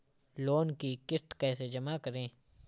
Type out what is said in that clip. Loan की किश्त कैसे जमा करें?